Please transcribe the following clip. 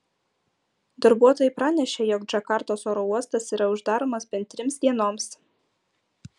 darbuotojai pranešė jog džakartos oro uostas yra uždaromas bent trims dienoms